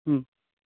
হুম